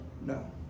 No